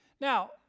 now